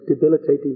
debilitating